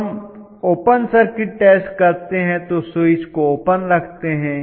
जब हम open circuit test करते हैं तो स्विच को ओपन रखते हैं